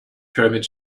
pyramid